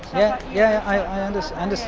yeah, i understand,